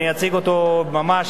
אציג אותו בקצרה,